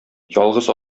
ялгыз